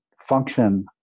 function